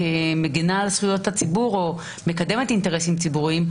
כמגנה על זכויות הציבור או מקדמת אינטרסים ציבוריים,